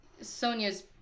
Sonia's